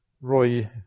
Roy